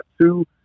two